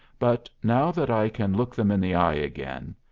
but now that i can look them in the eye again,